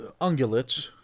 ungulates